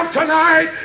tonight